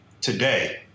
today